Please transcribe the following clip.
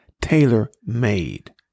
tailor-made